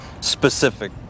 specific